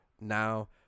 now